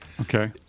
Okay